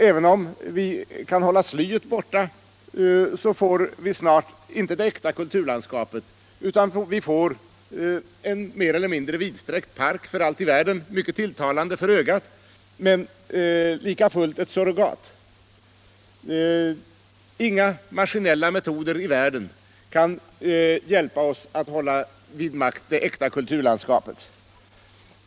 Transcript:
Även om vi kan hålla slyt borta får vi snart inte det äkta kulturlandskapet, utan vi får en mer eller mindre vidsträckt park — för allt i världen mycket tilltalande för ögat, men lika fullt ett surrogat. Inga maskinella metoder i världen kan hjälpa oss att hålla vid makt det äkta kulturlandskapet.